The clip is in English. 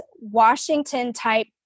Washington-type